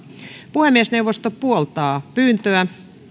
puhemiesneuvosto puoltaa pyyntöä